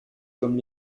comme